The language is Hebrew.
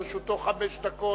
לרשותו חמש דקות,